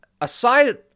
aside